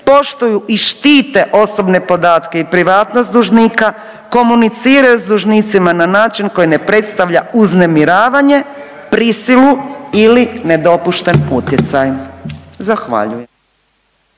poštuju i štite osobne podatke i privatnost dužnika, komuniciraju s dužnicima na način koji ne predstavlja uznemiravanje, prisilu ili nedopušten utjecaj. Zahvaljujem.